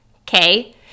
okay